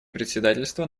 председательство